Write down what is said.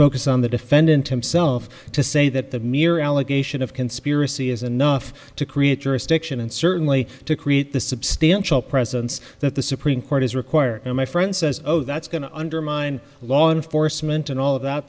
focus on the defendant himself to say that the mere allegation of conspiracy is enough to create jurisdiction and certainly to create the substantial presence that the supreme court is required and my friend says oh that's going to undermine law enforcement and all of that